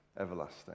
everlasting